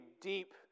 deep